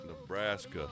Nebraska